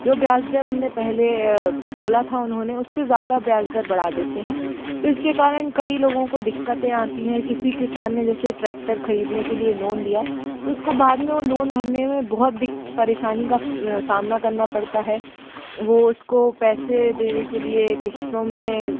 जो ब्याज दर उनने पहले बोला था उन्होंने उससे ज़्यादा ब्याज दर बड़ा देते हैं तो इसके कारण कई लोगों को दिक्कतें आती हैं किसी किसान ने जैसे ट्रैक्टर ट्रैक्टर खरीदने के लिए लोन लिया तो उसको बाद में वो लोन भरने में बहुत पेरशानी का सामना करना पड़ता है वो उसको पैसे देने के लिए किश्तों में